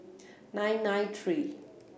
nine nine three